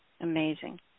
Amazing